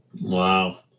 wow